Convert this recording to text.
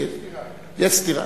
יש סתירה.